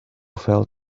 felt